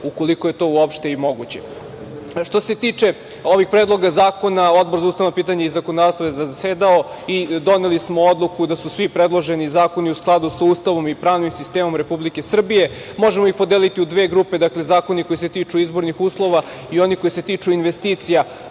ukoliko je to uopšte i moguće. Što se tiče ovih predloga zakona, Odbor za ustavna pitanja i zakonodavstvo je zasedao i doneli smo odluku da su svi predloženi zakoni u skladu sa Ustavom i pravnim sistemom Republike Srbije. Možemo ih podeliti u dve grupe – zakoni koji se tiču izbornih uslova i oni koji se tiču investicija